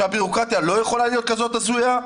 שהבירוקרטיה לא יכולה להיות כזאת הזויה?